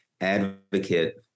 advocate